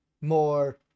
more